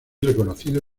reconocido